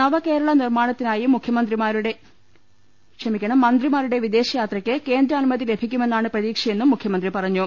നവകേരള നിർമ്മാണത്തിനായി മന്ത്രിമാരുടെ വിദേ ശയാത്രയ്ക്ക് കേന്ദ്രാനുമതി ലഭിക്കുമെന്നാണ് പ്രതീക്ഷ യെന്നും മുഖ്യമന്ത്രി പറഞ്ഞു